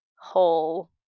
whole